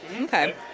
Okay